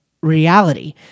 reality